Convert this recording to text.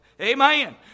Amen